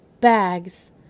bags